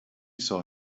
saw